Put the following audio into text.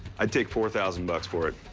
i'd take four thousand bucks for it.